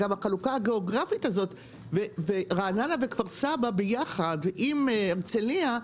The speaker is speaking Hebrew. גם החלוקה הגיאוגרפית הזו בין רעננה וכפר סבא ביחד עם הרצליה,